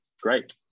great